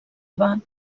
eva